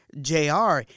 jr